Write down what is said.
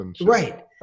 right